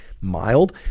mild